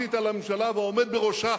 האוטומטית על הממשלה והעומד בראשה,